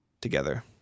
together